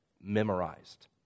memorized